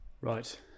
Right